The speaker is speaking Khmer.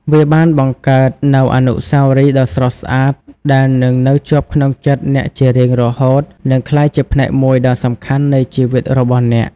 វាបានបង្កើតនូវអនុស្សាវរីយ៍ដ៏ស្រស់ស្អាតដែលនឹងនៅជាប់ក្នុងចិត្តអ្នកជារៀងរហូតនិងក្លាយជាផ្នែកមួយដ៏សំខាន់នៃជីវិតរបស់អ្នក។